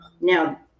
Now